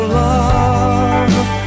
love